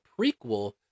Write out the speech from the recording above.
prequel